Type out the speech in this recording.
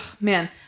man